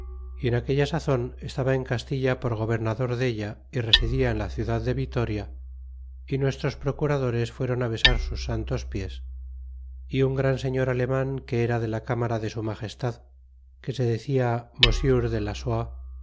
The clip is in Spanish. en aquella sazon estaba en castilla por gobernador della y residia en la ciudad de vitoria y nuestros procuradores fuéron lbesar sus santos pies y un gran señor alenaan que era de la cámara de su magestad que se decia mosiur de